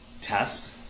test